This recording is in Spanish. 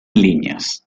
líneas